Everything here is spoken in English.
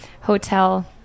hotel